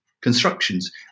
constructions